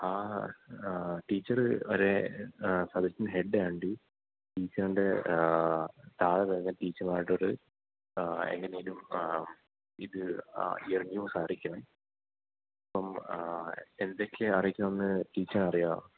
ആ ഹാ ടീച്ചർ വരെ പലർക്കും ഹെഡ് ആയതുകൊണ്ട് ടീച്ചറിൻ്റെ സാറ് തന്നെ ടീച്ചർമാരോട് എങ്ങനേലും ഇത് ഈ ന്യൂസ് അറിയിക്കണേ അപ്പം എന്തൊക്കെയാണ് അറിയിക്കണം എന്ന് ടീച്ചറിന് അറിയാവോ